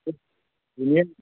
سنیے